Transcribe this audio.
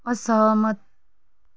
असहमत